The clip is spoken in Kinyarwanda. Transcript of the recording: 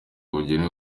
bugenewe